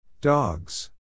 Dogs